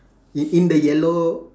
i~ in the yellow